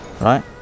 Right